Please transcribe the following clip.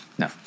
No